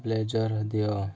blazer ଦିଅ